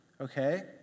Okay